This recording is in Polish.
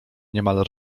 niemal